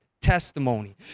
testimony